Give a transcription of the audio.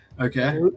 Okay